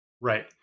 Right